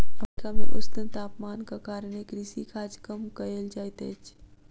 Africa मे ऊष्ण तापमानक कारणेँ कृषि काज कम कयल जाइत अछि